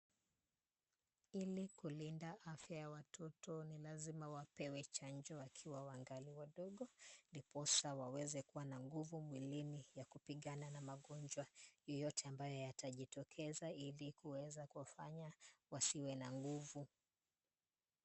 Ili kulinda afya ya watoto ni lazima wapewe chanjo wakiwa angali wadogo ndiposa waweze kuwa na nguvu mwilini ya kupigana na magonjwa yeyote ambaye yatajitokeza ili kuweza kuwafanya wasiwe na nguvu.